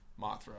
Mothra